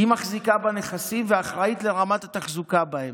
היא מחזיקה בנכסים ואחראית לרמת התחזוקה בהם.